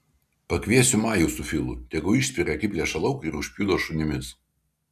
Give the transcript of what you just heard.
pakviesiu majų su filu tegu išspiria akiplėšą lauk ir užpjudo šunimis